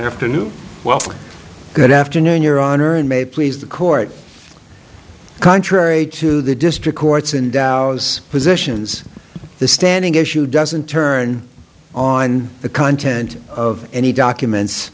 afternoon well for good afternoon your honor and may please the court contrary to the district courts and those positions the standing issue doesn't turn on the content of any documents